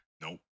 nope